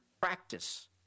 practice